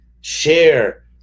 share